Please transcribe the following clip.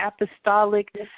Apostolic